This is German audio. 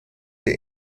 der